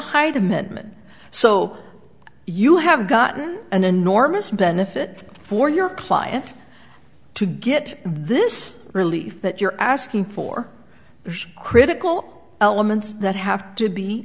hyde amendment so you have gotten an enormous benefit for your client to get this relief that you're asking for the critical elements that have to be